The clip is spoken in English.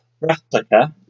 replica